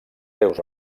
seus